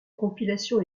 compilation